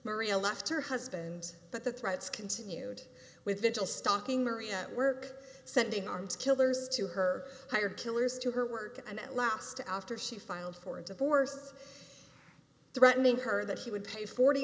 maria left her husband but the threats continued with little stalking maria were sending arms killers to her hired killers to her work and at last after she filed for divorce threatening her that she would pay forty